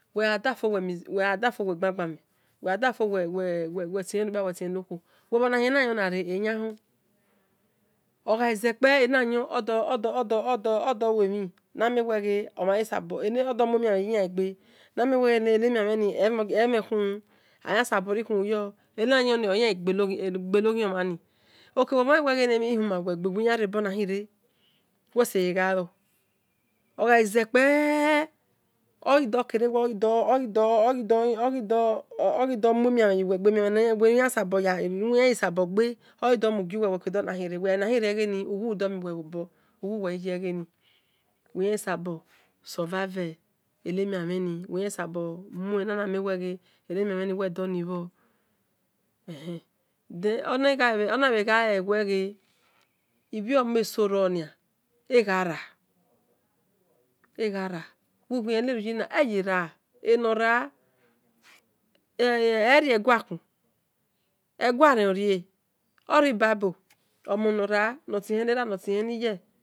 Uwe gha fo uwe miss uwe gha dofo uwe gba-gbmhe uwe ghad-afolewe tihen mokpia uwe tihe ni okhuo uwe bhonakhien ayo nare ehon ogazekpe eniayon odo-odo odo lue mhin namienwe odomui emi ameyielaghe eniemiememhe emheni khumu eni ayoni ole yaghi gbi eni omhani ok uwe bhole emhin huma bhuwe egbe uwiya riobun nakhine uwe seye gha lo gha ze kpeee adokere wee oghi do ono mem mhe yuwe egbe emia mhan nuwe yansabo gbe uwe gha lue egeni uwo ghi dho min me le bho obo uwu uwe ghi ye egeniywe yan ye sabo suruiue eni emi mhe ni den ona bhe gha yi we ghe olbh wmon eso ronia egha ne uweie wiyan yeera euora erine gua khun equa eren orie ori bibhe eno na noti hen lera no tihen ni ye.